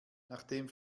nachdem